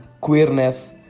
queerness